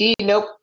nope